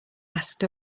asked